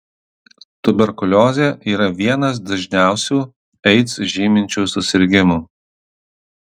tuberkuliozė yra vienas dažniausių aids žyminčių susirgimų